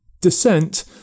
descent